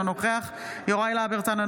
אינו נוכח יוראי להב הרצנו,